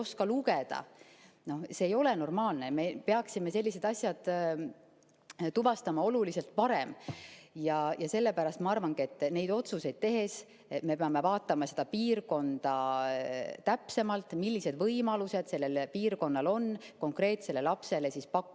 oska lugeda. See ei ole normaalne ja me peaksime sellised asjad tuvastama oluliselt varem. Sellepärast ma arvangi, et neid otsuseid tehes me peame vaatama täpsemalt, millised võimalused piirkonnal on konkreetsele lapsele pakkuda